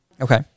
okay